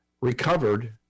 recovered